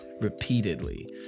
repeatedly